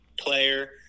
player